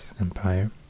Empire